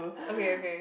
uh okay okay